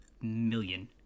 million